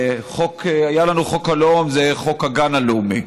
היה לנו חוק הלאום, וזה חוק הגן הלאומי.